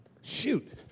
shoot